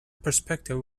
perspective